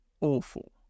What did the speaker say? awful